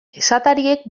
esatariek